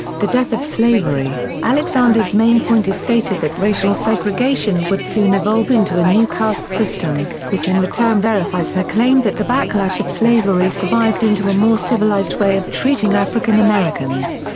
the death of slavery alexander's main point is stated that racial segregation would soon evolve into a new caste system which in return verifies her claim that the backlash of slavery survived into a more civilized civilized way of treating african americans.